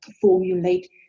formulate